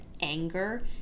anger